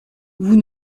vous